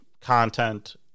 content